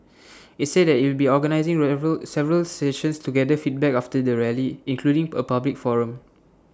IT said that IT will be organising several sessions to gather feedback after the rally including A public forum